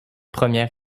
première